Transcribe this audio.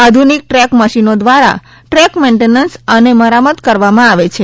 આધુનિક ટ્રેક મશીનો દ્વારા ટ્રેક મેન્ટેન્સ અને મરામત કરવામાં આવે છે